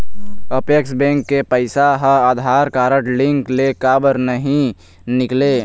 Apex bank के पैसा हा आधार कारड लिंक ले काबर नहीं निकले?